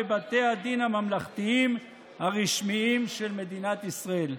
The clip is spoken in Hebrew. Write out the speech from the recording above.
בבתי הדין הממלכתיים הרשמיים של מדינת ישראל.